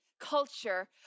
culture